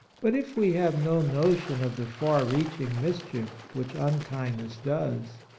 but if we have no notion of the far-reaching mischief which unkindness does,